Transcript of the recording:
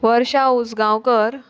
Varsha Usgaonkar